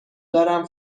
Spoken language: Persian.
دارم